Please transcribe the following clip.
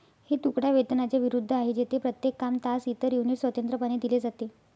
हे तुकडा वेतनाच्या विरुद्ध आहे, जेथे प्रत्येक काम, तास, इतर युनिट स्वतंत्रपणे दिले जाते